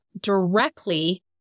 directly